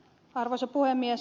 arvoisa puhemies